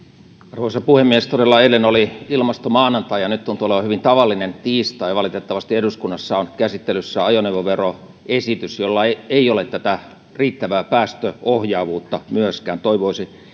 arvoisa puhemies todella eilen oli ilmastomaanantai ja nyt tuntuu olevan hyvin tavallinen tiistai valitettavasti eduskunnassa on käsittelyssä ajoneuvoveroesitys jolla ei ei ole tätä riittävää päästöohjaavuutta myöskään toivoisin